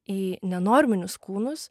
į nenorminius kūnus